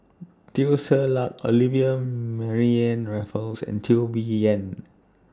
Teo Ser Luck Olivia Mariamne Raffles and Teo Bee Yen